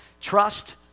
trust